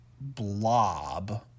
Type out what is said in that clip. blob